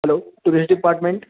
hello tourist department